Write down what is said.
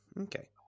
Okay